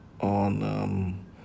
on